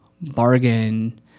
bargain